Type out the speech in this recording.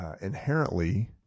inherently